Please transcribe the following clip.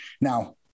now